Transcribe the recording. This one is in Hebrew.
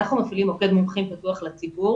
אנחנו מפעילים מוקד מומחים פתוח לציבור